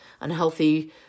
unhealthy